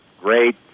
great